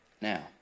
now